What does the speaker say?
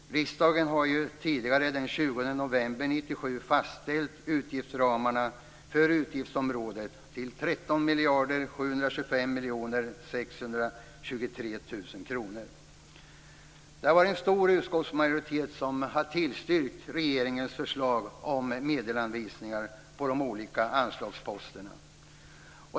Riksdagen har tidigare, den 20 november 1997, fastställt utgiftsramarna för utgiftsområdet till 13 725 623 000 kr. Det har varit en stor utskottsmajoritet som tillstyrkt regeringens förslag om medelsanvisningar på de olika anslagsposterna.